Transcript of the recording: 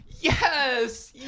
Yes